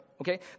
okay